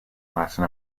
latin